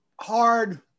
hard